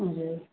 हजुर